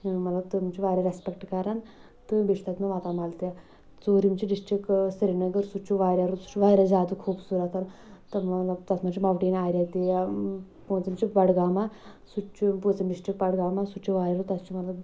تِمہٕ چھ واریاہ رٮ۪سپیٚکٹہٕ کران تہٕ بیٚیہِ چُھ تتہِ مےٚ ماتامال تہِ ژوٗرِم چھُ ڈِسٹرک سریٖنگر سُہ تہِ چُھ واریاہ رُت سُہ تہِ چھُ واریاہ زیادٕ خوٗبصوٗرت تہٕ مطلب تتھ منٛز چھُ موٹین ایریا تہِ پونژِم چُھ بڈگامہ سُہ تہِ چُھ پونژِم ڈسٹرک بڈگامہ سُہ تہِ چھُ واریاہ رُت تتہِ چھُ مطلب